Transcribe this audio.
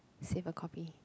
save a copy